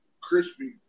crispy